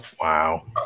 Wow